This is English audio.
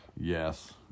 Yes